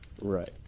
Right